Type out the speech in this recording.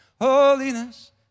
holiness